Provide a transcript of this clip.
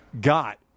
got